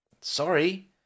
sorry